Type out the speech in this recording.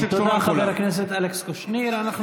תודה, חבר הכנסת אלכס קושניר.